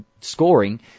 scoring